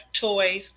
toys